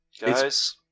guys